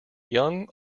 young